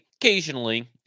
occasionally